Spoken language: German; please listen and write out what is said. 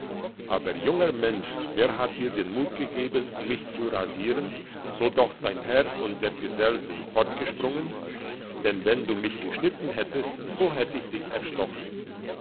aber junger mensch wer hat dir den mut gegeben mich zu rasieren so doch dein herr und der gesell sind fortgesprungen denn wenn du mich geschnitten hättest so hätt ich dich erstochen